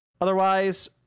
Otherwise